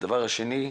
הדבר השני,